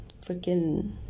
freaking